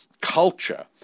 culture